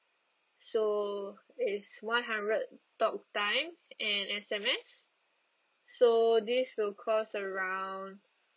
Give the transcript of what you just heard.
so is one hundred talk time and S_M_S so this will cost around